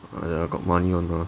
哎呀 got money [one] lah